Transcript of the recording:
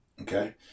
Okay